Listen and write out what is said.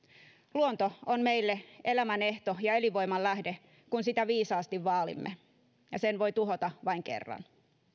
luonto on meille elämänehto ja elinvoiman lähde kun sitä viisaasti vaalimme ja sen voi tuhota vain kerran